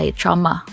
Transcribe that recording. trauma